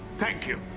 thank you.